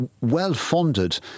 well-funded